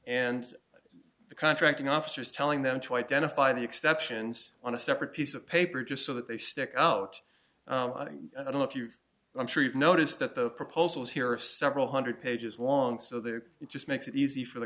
the contracting officer is telling them to identify the exceptions on a separate piece of paper just so that they stick out i don't know if you i'm sure you've noticed that the proposals here of several hundred pages long so there it just makes it easy for the